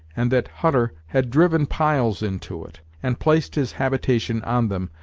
and that hutter had driven piles into it, and placed his habitation on them,